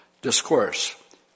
Discourse